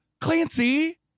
Clancy